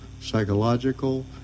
psychological